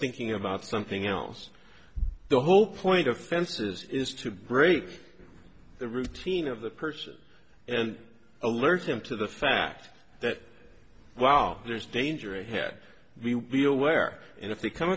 thinking about something else the whole point of fences is to break the routine of the person and alert him to the fact that wow there's danger ahead we feel where and if we come